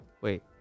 Wait